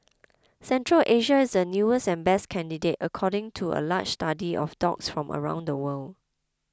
Central Asia is the newest and best candidate according to a large study of dogs from around the world